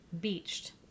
Beached